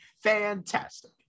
Fantastic